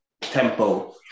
tempo